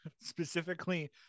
specifically